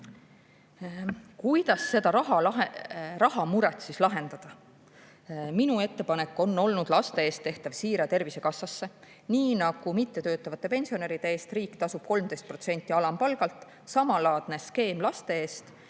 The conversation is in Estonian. Kuidas seda rahamuret siis lahendada? Minu ettepanek on olnud laste eest tehtav siire Tervisekassasse, nii nagu mittetöötavate pensionäride eest riik tasub 13% alampalgalt. Samalaadne skeem laste eest